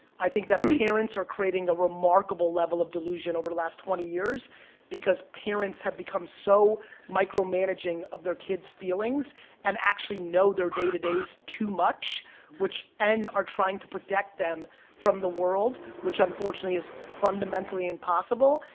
i think that parents are creating a remarkable level of delusion over the last twenty years because parents have become so micromanaging of their kids' feelings and actually know their day-to-days too much and are trying to protect them from the world, which unfortunately is fundamentally impossible,